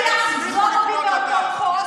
והצליחו לקנות אותך,